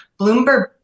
Bloomberg